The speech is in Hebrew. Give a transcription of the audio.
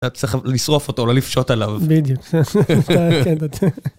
צריך לשרוף אותו לא לפשוט עליו.